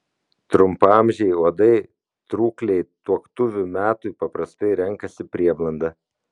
trumpaamžiai uodai trūkliai tuoktuvių metui paprastai renkasi prieblandą